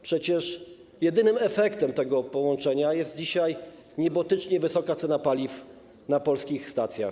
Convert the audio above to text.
Przecież jedynym efektem tego połączenia jest dzisiaj niebotycznie wysoka cena paliw na polskich stacjach.